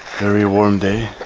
very warm day